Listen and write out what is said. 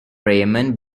raymond